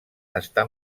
està